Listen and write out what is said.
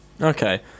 Okay